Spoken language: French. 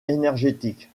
énergétique